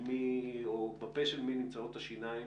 או בפה של מי נמצאות השיניים